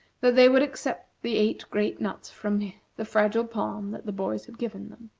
that they would accept the eight great nuts from the fragile palm that the boys had given him.